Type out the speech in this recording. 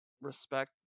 respect